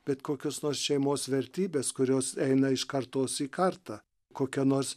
bet kokios nors šeimos vertybės kurios eina iš kartos į kartą kokia nors